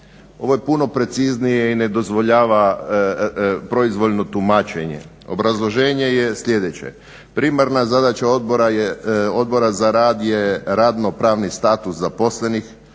Ovo je puno preciznije i ne dozvoljava proizvoljno tumačenje. Obrazloženje je sljedeće primarna zadaća Odbora za rad je radno-pravni status zaposlenih,